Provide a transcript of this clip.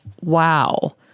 Wow